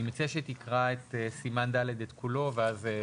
אני מציע שתקרא את סימן ד' כולו, ואז תסביר.